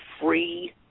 free